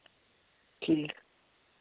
ٹھیٖک